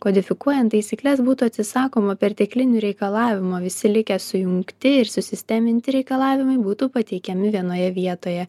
kodifikuojant taisykles būtų atsisakoma perteklinių reikalavimų visi likę sujungti ir susisteminti reikalavimai būtų pateikiami vienoje vietoje